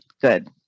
Good